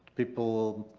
people.